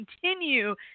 continue